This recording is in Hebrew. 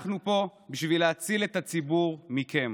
אנחנו פה בשביל להציל את הציבור מכם.